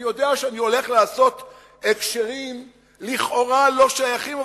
אני יודע שאני הולך לעשות הקשרים לכאורה לא שייכים,